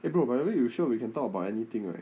eh bro by the way you sure we can talk about anything right